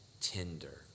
tender